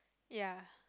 ya